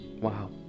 Wow